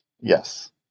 Yes